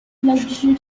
luxury